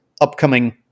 upcoming